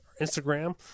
Instagram